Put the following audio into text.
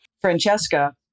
Francesca